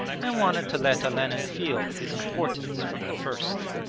and wanted to let olenin feel his importance from the first.